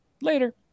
Later